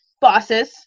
bosses